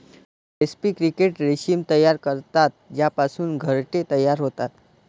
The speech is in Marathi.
रेस्पी क्रिकेट रेशीम तयार करतात ज्यापासून घरटे तयार होतात